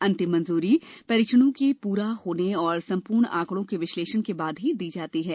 अंतिम मंजूरी परीक्षणों के पूरा होने और सम्पूर्ण आंकडों के विश्लेषण के बाद ही दी जाती है